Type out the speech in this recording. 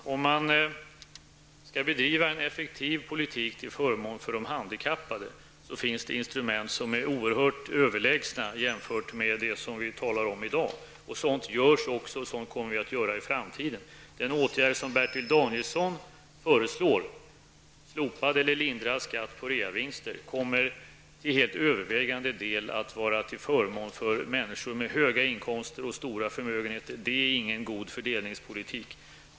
Herr talman! Om man skall bedriva en effektiv politik till förmån för de handikappade, finns det instrument som är oerhört överlägsna de vi talar om i dag. En sådan politik bedrivs också, och det kommer vi att göra även i framtiden. Den åtgärd som Bertil Danielsson föreslår, slopad eller lindrad skatt på reavinster, kommer till helt övervägande del att vara till förmån för människor med höga inkomster och stora förmögenheter. Det är ingen god fördelningspolitik.